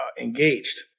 engaged